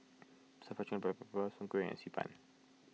Stir Fry Chicken Black Pepper Soon Kueh and Xi Ban